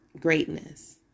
greatness